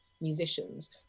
musicians